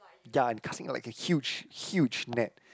ya and casting like a huge huge net